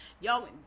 y'all